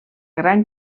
gran